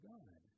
God